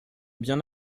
bien